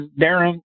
Darren